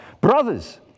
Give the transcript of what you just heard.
Brothers